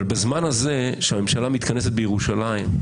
בזמן הזה שהממשלה מתכנסת בירושלים,